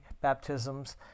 baptisms